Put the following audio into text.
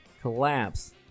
collapse